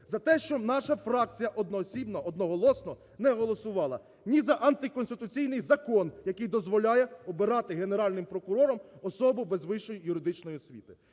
за те, що наша фракція одноосібно, одноголосно не голосувала ні за антиконституційний закон, який дозволяє обирати Генеральним прокурором особу без вищої юридичної освіти,